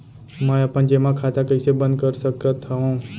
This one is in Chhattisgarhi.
मै अपन जेमा खाता कइसे बन्द कर सकत हओं?